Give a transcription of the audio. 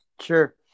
Sure